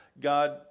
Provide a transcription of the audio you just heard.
God